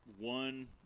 one